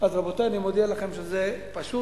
אז, רבותי, אני מודיע לכם שזה פשוט,